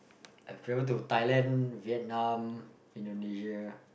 I've traveled to Thailand Vietnam Indonesia